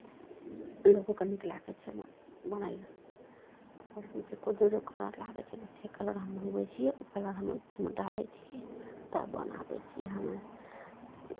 लोकोकेँ नीक लागै छै हमर बनायल ऊपरसँ कोइ जे जे कलर लागै छै ने से कलर हम मङ्गबैत छियै ओ कलर हम एहिमे डालै छियै तऽ बनाबै छियै हमे